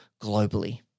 globally